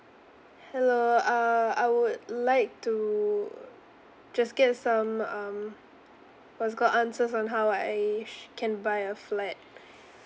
hello uh I would like to just get some um what's it called answers on how I sh~ can buy a flat